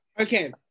okay